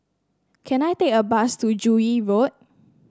can I take a bus to Joo Yee Road